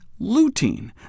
lutein